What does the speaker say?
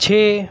چھ